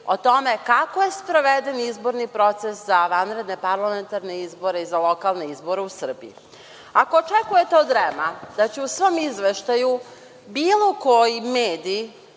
o tome kako je sproveden izborni proces za vanredne parlamentarne izbore i za lokalne izbore u Srbiji. Ako očekujete od REM-a da će u svom izveštaju bilo koji mediji,